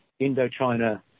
Indochina